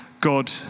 God